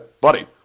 Buddy